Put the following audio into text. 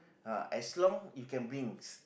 uh as long you can brings